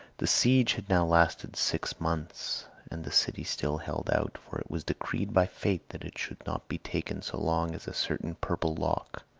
the siege had now lasted six months and the city still held out, for it was decreed by fate that it should not be taken so long as a certain purple lock,